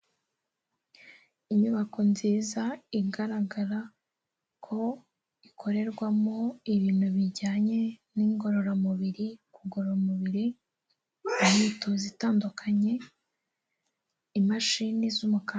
Inyubako nziza igaragara ko ikorerwamo ibintu bijyanye n'ingororamubiri, kugorora umubiri, imyitozo itandukanye, imashini z'umukara.